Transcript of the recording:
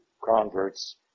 converts